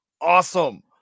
awesome